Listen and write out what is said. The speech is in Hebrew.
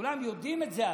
כולם יודעים את זה היום.